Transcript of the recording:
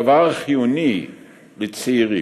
יסודנו בעשרת הדיברות, נופנו בקדמת המדע.